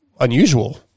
unusual